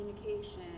communication